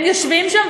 הם יושבים שם,